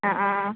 ആ ആ